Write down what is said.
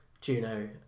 Juno